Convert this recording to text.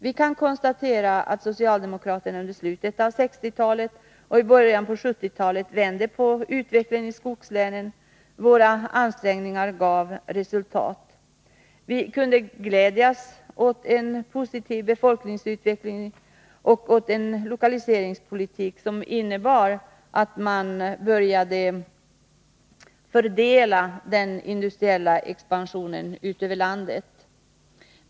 Vi kan konstatera att socialdemokraterna under slutet av 1960-talet och början av 1970-talet vände på utvecklingen i skogslänen; våra ansträngningar gav resultat. Vi kunde glädjas åt en positiv befolkningsutveckling i skogslänen och åt en lokaliseringspolitik som innebar att man började fördela den industriella expansionen över landet.